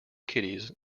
kiddies